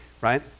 right